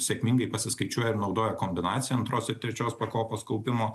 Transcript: sėkmingai pasiskaičiuoja ir naudoja kombinaciją antros ir trečios pakopos kaupimo